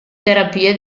terapia